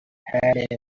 had